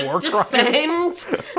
defend